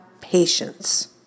patience